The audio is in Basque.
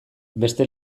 beste